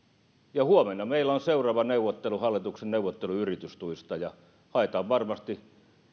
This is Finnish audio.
huomenna meillä on seuraava hallituksen neuvottelu yritystuista ja haetaan varmasti